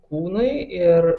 kūnai ir